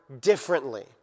differently